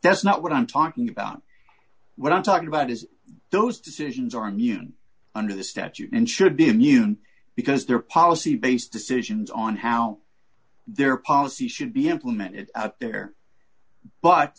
that's not what i'm talking about when i'm talking about is those decisions are immune under the statute and should be immune because there are policy based decisions on how their policy should be implemented there but